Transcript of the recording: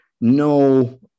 no